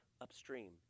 upstream